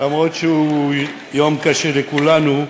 אף-על-פי שהוא יום קשה לכולנו,